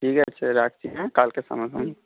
ঠিক আছে রাখছি হ্যাঁ কালকে সামনাসামনি